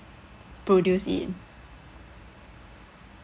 produce it